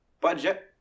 Budget